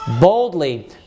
boldly